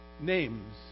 Names